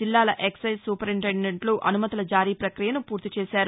జిల్లాల ఎక్పైజ్ సూపరింటెండెంట్లు అనుమతుల జారీ పకియను పూర్తి చేశారు